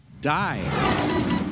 die